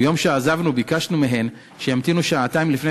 ביום שעזבנו ביקשנו מהן שימתינו שעתיים לפני